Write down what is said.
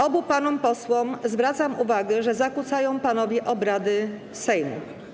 Obu panom posłom zwracam uwagę, że zakłócają panowie obrady Sejmu.